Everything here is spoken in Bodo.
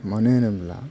मानो होनोब्ला